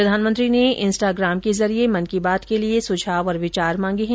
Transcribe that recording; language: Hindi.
प्रधानमंत्री ने इंस्टाग्राम के जरिये मन की बात के लिए सुझाव और विचार मांगे हैं